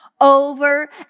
over